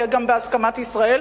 יהיה גם בהסכמה של ישראל,